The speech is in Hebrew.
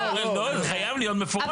ואנחנו אומרים לא, זה חייב להיות מפורט.